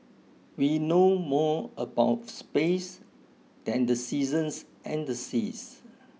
we know more about space than the seasons and the seas